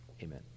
Amen